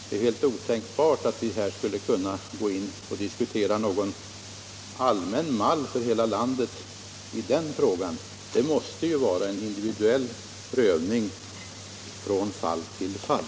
Det är helt otänkbart att vi här skulle kunna diskutera någon allmän mall för behandlingen av sådana frågor i hela landet. Det måste ju bli en prövning från fall till fall.